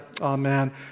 Amen